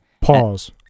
Pause